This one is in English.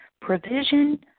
provision